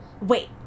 Wait